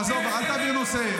עזוב, אל תעביר נושא.